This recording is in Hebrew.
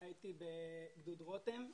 הייתי בגדוד רותם.